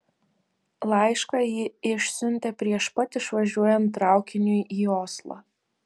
laišką ji išsiuntė prieš pat išvažiuojant traukiniui į oslą